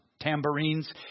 tambourines